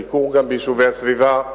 ביקור גם ביישובי הסביבה,